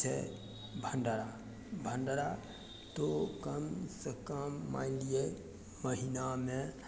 जे छै भण्डरा भण्डरा तो कम सँ कम मानि लिअ महीनामे